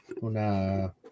Una